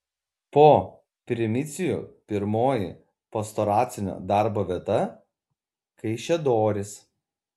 po primicijų pirmoji pastoracinio darbo vieta kaišiadorys